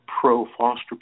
pro-foster